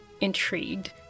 intrigued